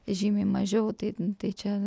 žymiai mažiau tai tai čia